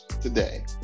today